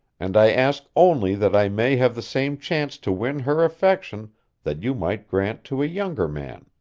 and i ask only that i may have the same chance to win her affection that you might grant to a younger man.